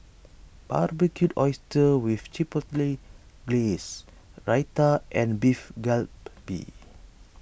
Barbecued Oysters with Chipotle Glaze Raita and Beef Galbi